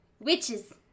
Witches